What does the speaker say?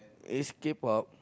it's K-pop